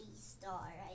Star